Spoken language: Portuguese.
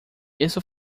isso